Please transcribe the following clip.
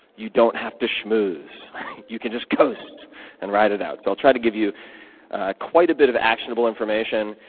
you don't have to schmooze you can just coast and ride it out. so i'll try to give you quite a bit of actionable information.